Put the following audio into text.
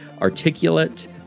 articulate